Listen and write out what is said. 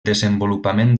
desenvolupament